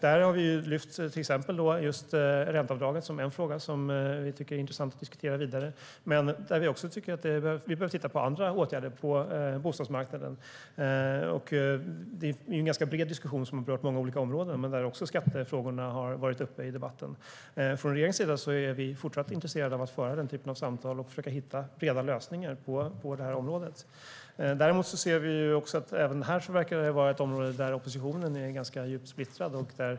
Ränteavdragen är till exempel en fråga som vi är intresserade av att diskutera vidare. Men vi behöver också titta på andra åtgärder på bostadsmarknaden. Det är en ganska bred diskussion som har berört många olika områden. Skattefrågorna har också varit uppe i debatten. Regeringen är även fortsättningsvis intresserad av att föra den typen av samtal och att försöka hitta breda lösningar på området. Däremot ser vi att oppositionen verkar vara djupt splittrad även här.